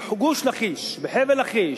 בחבל לכיש,